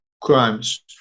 crimes